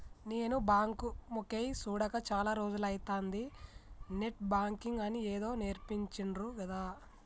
నేను బాంకు మొకేయ్ సూడక చాల రోజులైతంది, నెట్ బాంకింగ్ అని ఏదో నేర్పించిండ్రు గదా